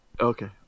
okay